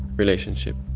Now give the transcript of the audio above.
relationship.